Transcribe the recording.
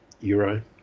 euro